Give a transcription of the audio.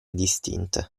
distinte